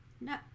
No